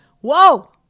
Whoa